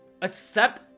Accept